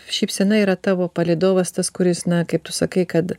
šypsena yra tavo palydovas tas kuris na kaip tu sakai kad